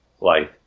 life